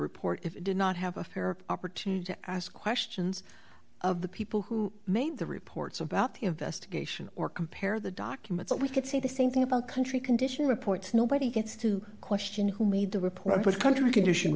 report if it did not have a fair opportunity to ask questions of the people who made the reports about the investigation or compare the documents and we could say the same thing about country condition reports nobody gets to question who made the report what kundra condition